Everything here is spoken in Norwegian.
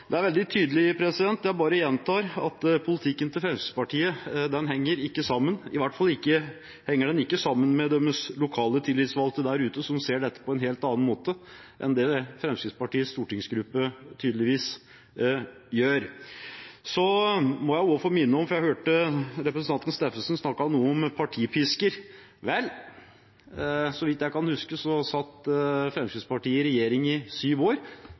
Det er veldig tydelig – det gjentar jeg bare – at politikken til Fremskrittspartiet ikke henger sammen. Den henger i hvert fall ikke sammen med deres lokale tillitsvalgte der ute, som ser dette på en helt annen måte enn det Fremskrittspartiets stortingsgruppe tydeligvis gjør. Jeg må også få minne om, for jeg hørte representanten Steffensen snakke om partipisker, at så vidt jeg kan huske, satt Fremskrittspartiet i regjering i syv år.